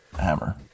hammer